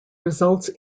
results